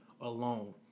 alone